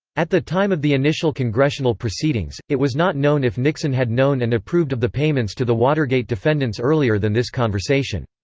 at the time of the initial congressional proceedings, it was not known if nixon had known and approved of the payments to the watergate defendants earlier than this conversation.